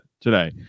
today